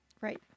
Right